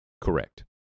Correct